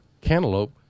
cantaloupe